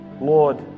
Lord